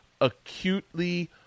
acutely